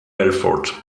bedford